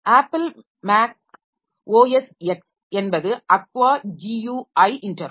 apple Mac OS X என்பது "Aqua" GUI interface